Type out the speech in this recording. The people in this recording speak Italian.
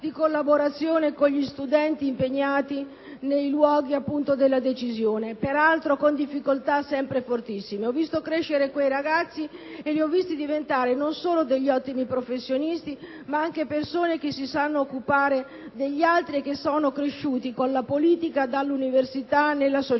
di collaborazione con gli studenti impegnati appunto nei luoghi della decisione, peraltro con difficoltà sempre fortissime. Ho visto crescere quei ragazzi e li ho visti diventare non solo degli ottimi professionisti, ma anche persone che si sanno occupare degli altri e che sono cresciuti con la politica dall'università nella società.